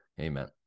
Amen